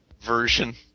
version